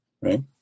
right